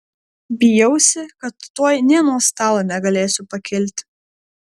bijausi kad tuoj nė nuo stalo negalėsiu pakilti